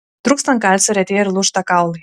trūkstant kalcio retėja ir lūžta kaulai